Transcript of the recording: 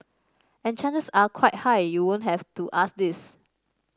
and chances are quite high you won't have to ask this